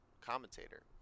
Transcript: commentator